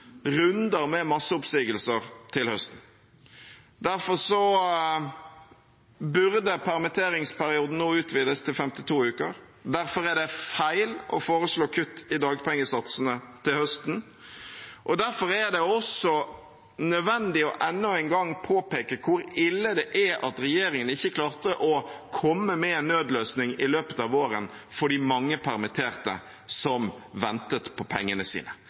Derfor burde permitteringsperioden nå utvides til 52 uker, derfor er det feil å foreslå kutt i dagpengesatsene til høsten, og derfor er det også nødvendig å enda en gang påpeke hvor ille det er at regjeringen ikke klarte å komme med en nødløsning i løpet av våren for de mange permitterte som ventet på pengene sine.